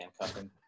handcuffing